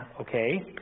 okay